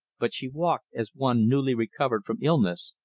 but she walked as one newly recovered from illness,